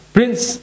Prince